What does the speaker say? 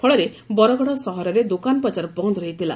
ଫଳରେ ବରଗଡ ସହରରେ ଦୋକାନବଜାର ବନ୍ଦ ରହିଥିଲା